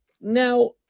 Now